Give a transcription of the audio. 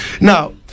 Now